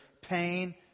pain